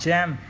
Jam